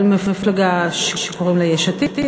אבל מפלגה שקוראים לה "יש עתיד",